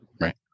right